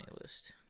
list